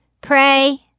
pray